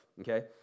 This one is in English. Okay